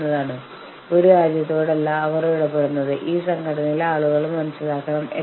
കൂടാതെ ഇനി ചർച്ച സാധ്യമല്ല എന്ന ഒരു പോയിന്റിൽ നിങ്ങൾ എത്തുന്നു